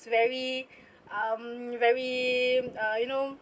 is very um very uh you know